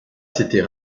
s’était